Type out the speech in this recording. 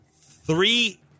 Three